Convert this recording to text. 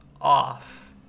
off